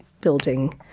building